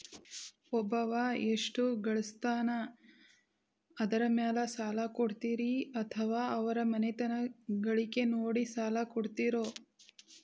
ಒಬ್ಬವ ಎಷ್ಟ ಗಳಿಸ್ತಾನ ಅದರ ಮೇಲೆ ಸಾಲ ಕೊಡ್ತೇರಿ ಅಥವಾ ಅವರ ಮನಿತನದ ಗಳಿಕಿ ನೋಡಿ ಸಾಲ ಕೊಡ್ತಿರೋ?